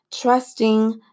trusting